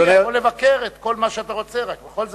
אתה יכול לבקר את כל מה שאתה רוצה, רק בכל זאת,